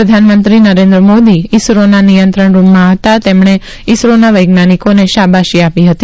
પ્રધાનમંત્રીનરેન્દ્ર મોદી ઈસરોના નિયંત્રણ રૂમમાં હતા તેમણે ઈસરોના વૈજ્ઞાનિકોનેશાબાશી આપી હતી